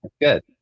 good